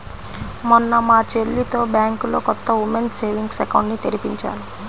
మొన్న మా చెల్లితో బ్యాంకులో కొత్త ఉమెన్స్ సేవింగ్స్ అకౌంట్ ని తెరిపించాను